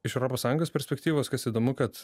iš europos sąjungos perspektyvos kas įdomu kad